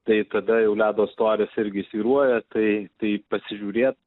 tai tada jau ledo storis irgi svyruoja tai tai pasižiūrėt